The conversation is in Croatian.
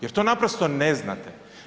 Jer to naprosto ne znate.